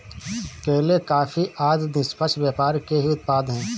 केले, कॉफी आदि निष्पक्ष व्यापार के ही उत्पाद हैं